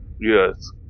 Yes